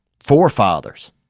forefathers